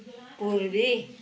पूर्वी